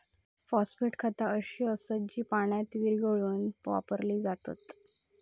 phosphate खता अशी असत जी पाण्यात विरघळवून वापरली जातत